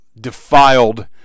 defiled